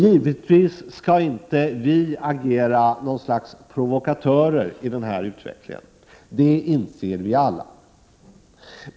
Givetvis skall inte vi agera något slags provokatörer i den här utvecklingen — det inser vi alla.